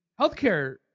healthcare